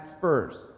first